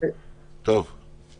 כולל השעיות,